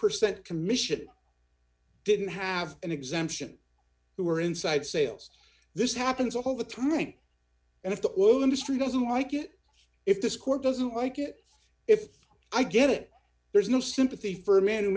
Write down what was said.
percent commission didn't have an exemption who were inside sales this happens all the time right and if the oil industry doesn't like it if this court doesn't like it if i get it there's no sympathy for a man